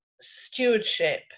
stewardship